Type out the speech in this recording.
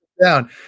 down